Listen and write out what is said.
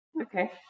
Okay